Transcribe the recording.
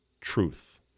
truth